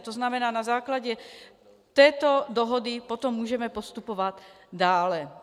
To znamená, na základě této dohody potom můžeme postupovat dále.